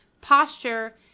posture